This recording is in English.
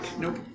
Nope